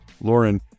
Lauren